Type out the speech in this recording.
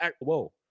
whoa